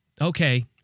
okay